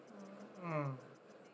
mm mm